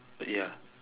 ya